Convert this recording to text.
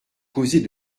causer